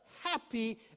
happy